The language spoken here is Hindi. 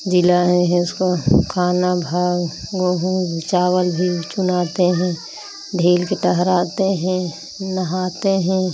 जिलाए हैं उसको खाना भा गोहूँ भी चावल भी चुनाते हैं ढील के टहराते हैं नहाते हैं